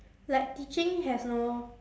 like teaching has no